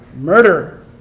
Murder